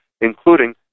including